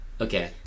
Okay